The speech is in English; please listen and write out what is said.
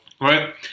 Right